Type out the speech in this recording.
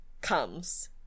comes